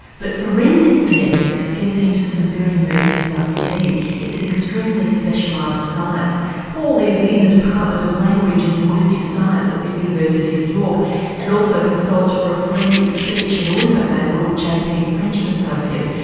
but forensic phonetics gets into some very murky stuff indeed. it's an extremely specialised science paul is in the department of language and linguistic science at the university of york and also consults for a forensic speech and audio lab called jp french and associates,